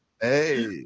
Hey